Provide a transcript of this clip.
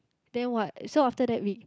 then what so after that we